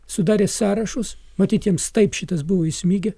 sudarė sąrašus matyt jiems taip šitas buvo įsmigę